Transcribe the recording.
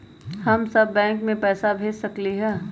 हम सब बैंक में पैसा भेज सकली ह?